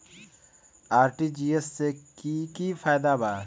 RTGS से की की फायदा बा?